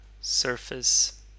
surface